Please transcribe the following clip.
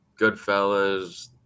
Goodfellas